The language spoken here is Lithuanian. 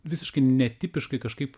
visiškai netipiškai kažkaip